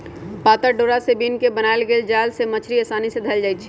पातर डोरा से बिन क बनाएल गेल जाल से मछड़ी असानी से धएल जाइ छै